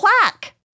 plaque